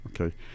okay